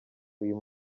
uyu